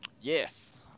Yes